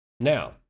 Now